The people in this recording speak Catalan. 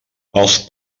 els